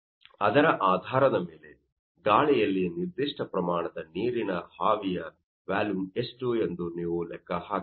ಆದ್ದರಿಂದ ಅದರ ಆಧಾರದ ಮೇಲೆ ಗಾಳಿಯಲ್ಲಿ ನಿರ್ದಿಷ್ಟ ಪ್ರಮಾಣದ ನೀರಿನ ಆವಿಯ ವ್ಯಾಲುಮ್ ಎಷ್ಟು ಎಂದು ನೀವು ಲೆಕ್ಕ ಹಾಕಬಹುದು